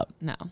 no